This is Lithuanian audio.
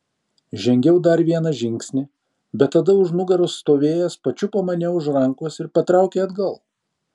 žengiau dar vieną žingsnį bet tada už nugaros stovėjęs pačiupo mane už rankos ir patraukė atgal